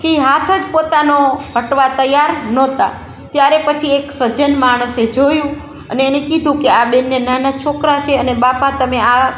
કે એ હાથ જ પોતાનો હટાવવા તૈયાર નહોતા ત્યારે પછી એક સજ્જન માણસે જોયું અને એને કીધું કે આ બેનને નાનાં છોકરાં છે અને બાપા તમે